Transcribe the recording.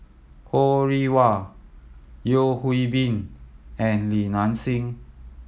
Ho Rih Hwa Yeo Hwee Bin and Li Nanxing